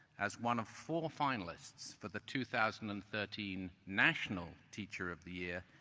as one of four finalists for the two thousand and thirteen national teacher of the year,